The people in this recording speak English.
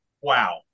wow